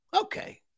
okay